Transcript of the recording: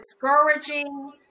discouraging